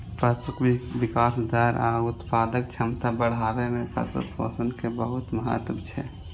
पशुक विकास दर आ उत्पादक क्षमता बढ़ाबै मे पशु पोषण के बहुत महत्व छै